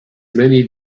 many